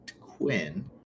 Quinn